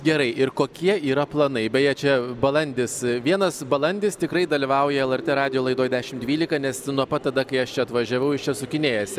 gerai ir kokie yra planai beje čia balandis vienas balandis tikrai dalyvauja lrt radijo laidoj dešim dvylika nes nuo pat tada kai aš čia atvažiavau jis čia sukinėjasi